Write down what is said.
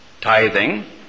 tithing